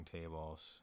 tables